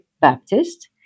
Baptist